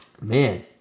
Man